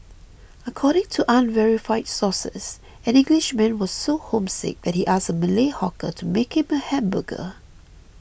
according to unverified sources an Englishman was so homesick that he asked a Malay hawker to make him a hamburger